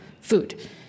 food